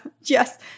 yes